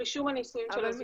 רישום הנישואים של הזוגות.